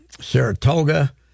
Saratoga